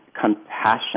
compassion